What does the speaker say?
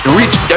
reach